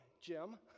Jim